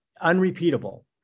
unrepeatable